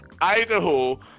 Idaho